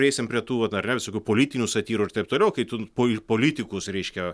prieisim prie tų vat ar ne visokių politinių satyrų ir taip toliau kai tu po politikus reiškia